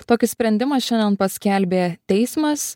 tokį sprendimą šiandien paskelbė teismas